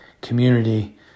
community